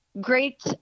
great